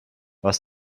was